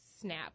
Snap